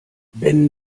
wenn